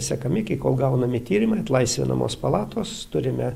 sekami iki kol gaunami tyrimai atlaisvinamos palatos turime